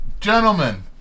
Gentlemen